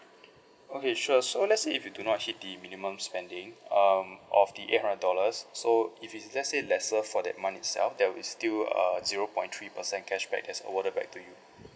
okay sure so let's say if you do not hit the minimum spending um of the eight hundred dollars so if it's let's say lesser for that month itself there will still err zero point three percent cashback as awarded back to you